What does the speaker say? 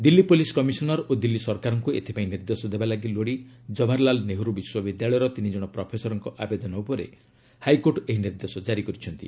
Delhi police commissioner ଓ ଦିଲ୍ଲୀ ସରକାରଙ୍କୁ ଏଥିପାଇଁ ନିର୍ଦ୍ଦେଶ ଦେବା ଲାଗି ଲୋଡ଼ି ଜବାହରଲାଲ ନେହେରୁ ବିଶ୍ୱବିଦ୍ୟାଳୟର ତିନି ଜଣ ପ୍ରଫେସରଙ୍କ ଆବେଦନ ଉପରେ ହାଇକୋର୍ଟ ଏହି ନିର୍ଦ୍ଦେଶ ଜାରି କରିଛନ୍ତି